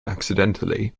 accidentally